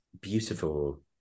beautiful